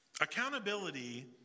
Accountability